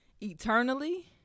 eternally